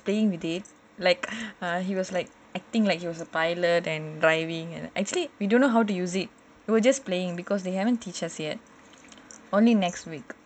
playing with it like he was like acting like he was a pilot and driving and actually we don't know how to use it we were just playing because they haven't teach us yet only next week